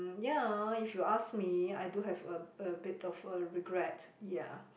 ya if you ask me I do have a a bit of a regret ya